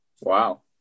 Wow